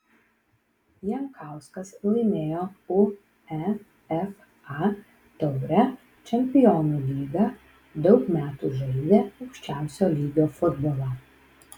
jankauskas laimėjo uefa taurę čempionų lygą daug metų žaidė aukščiausio lygio futbolą